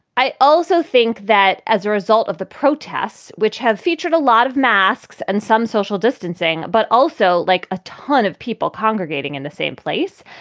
i also think that as a result of the protests, which have featured a lot of masks and some social distancing, but also like a ton of people congregating in the same place.